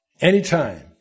Anytime